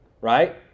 right